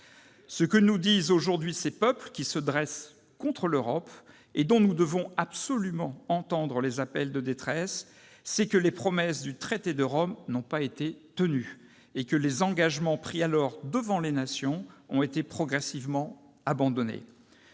Ce que nous disent aujourd'hui ces peuples qui se dressent contre l'Europe et dont nous devons absolument entendre les appels de détresse, c'est que les promesses du traité de Rome n'ont pas été tenues et que les engagements pris alors devant les nations ont été progressivement abandonnés.